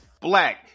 black